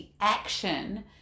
action